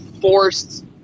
forced